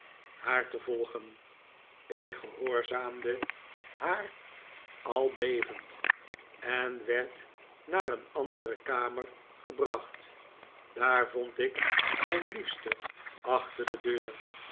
haar te volgen ik gehoorzaamde haar al bevend en werd naar een andere kamer gebracht daar vond ik mijn liefste achter de deurj zij